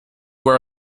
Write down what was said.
were